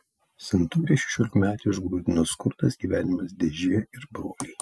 santūrią šešiolikmetę užgrūdino skurdas gyvenimas dėžėje ir broliai